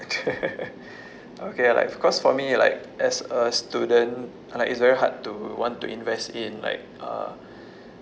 okay like of course for me like as a student like it's very hard to want to invest in like uh